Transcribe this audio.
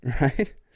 right